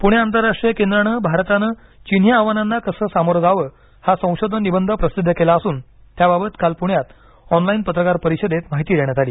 पुणे आंतरराष्ट्रीय केंद्राने भारताने चिनी आव्हानांना कसे सामोरे जावे हा संशोधन निबंध प्रसिद्ध केला असूनत्याबाबत काल पुण्यात ऑनलाईन पत्रकार परिषदेत माहिती देण्यात आली